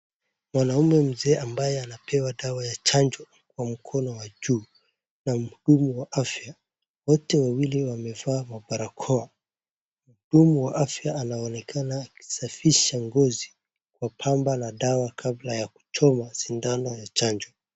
Mwanamme mzee ambaye anapewa dawa ya chanjo, kwa mkono wa juu na mhudumu wa afya, wote wawili wamevaa mabarakoa, mhudumu wa afya anaonekana akisafisha ngozi kwa pamba na dawa kabla ya kuchoma sindano ya chanjo.